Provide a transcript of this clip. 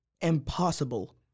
impossible